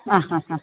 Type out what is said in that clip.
ആ ആ ആ